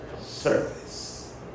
service